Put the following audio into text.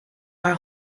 are